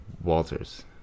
Walters